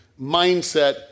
mindset